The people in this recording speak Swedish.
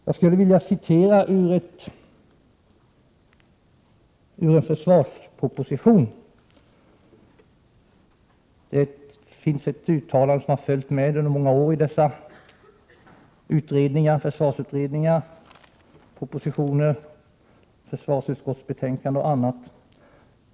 Jag skulle vilja citera ett uttalande som har följt med under många år i försvarsutredningar, försvarsutskottsbetänkanden och annat.